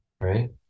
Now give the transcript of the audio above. right